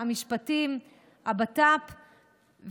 משרד המשפטים והמשרד לביטחון הפנים.